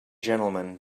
gentlemen